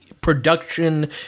production